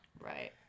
Right